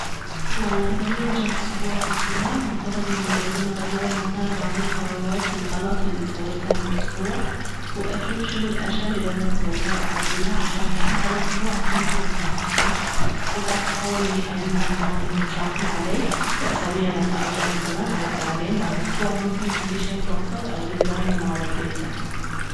والله هذاني رجعت أسبوع في الزمن واعتقد اني لازم اغير مثلا بعض القرارات الغلط الي سويتها هالاسبوع واجوف شنو الاشياء الي لازم اسويها واعدلها عشان بعد هالأسبوع أكون في المكان الصح وبعد بحاول اني ايمع المهام المتراكمة علي واسويها لما ارجع في الزمن حق بعدين بعد اسبوع ما يكون عندي شي قاصر او ديدلاين ما لبيته يعني